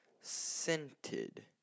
scented